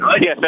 Yes